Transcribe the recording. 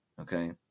Okay